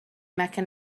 mecca